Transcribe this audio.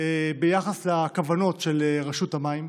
ביחס לכוונות של רשות המים.